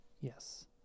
yes